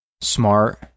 Smart